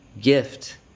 gift